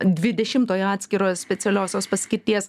dvidešimtojo atskirojo specialiosios paskirties